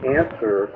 answer